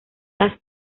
las